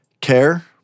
Care